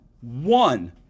one